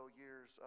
years